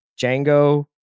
Django